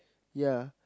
ya